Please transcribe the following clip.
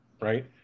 right